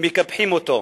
מקפחים אותו,